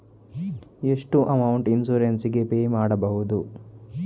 ಎಷ್ಟು amount insurance ಗೇ pay ಮಾಡುವುದು?